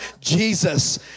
Jesus